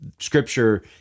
Scripture